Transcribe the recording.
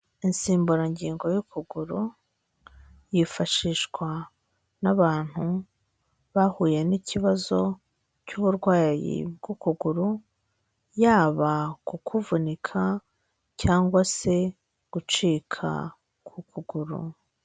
Insimburangingo y'ukuguru yifashishwa n'abantu bahuye n'ikibazo cy'uburwayi bw'ukuguru, yaba kukuvunika cyangwa se gucika k'ukuguru.